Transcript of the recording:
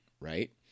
Right